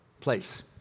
place